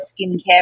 skincare